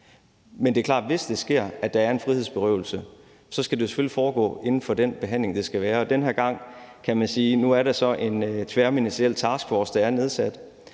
men det er klart, at hvis der sker en frihedsberøvelse, skal det selvfølgelig foregå inden for de rammer, der skal være. Den her gang er der så nedsat en tværministeriel taskforce, som skal